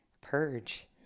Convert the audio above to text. Purge